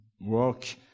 work